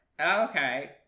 Okay